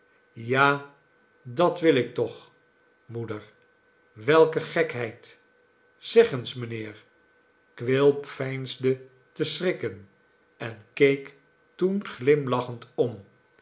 ja dat wil ik toch moeder welke gekheid zeg eens mijnheer quilp veinsde te schrikken en keek toen glimlachend om